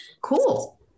Cool